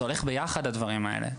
זה הולך יחד הדברים האלה.